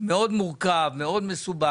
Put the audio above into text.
מאוד מורכב, מאוד מסובך.